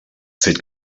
fet